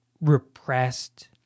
repressed